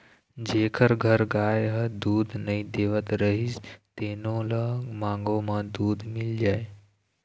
जेखर घर गाय ह दूद नइ देवत रहिस तेनो ल मांगे म दूद मिल जाए